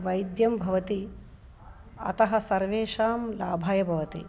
वैद्यं भवति अतः सर्वेषां लाभाय भवति